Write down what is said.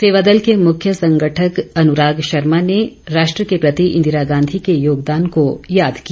सेवादल के मुख्य संगठक अनुराग शर्मा ने रोष्ट्र के प्रति इंदिरा गांधी के योगदान को याद किया